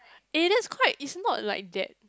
eh that is quite it's not like that